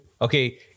Okay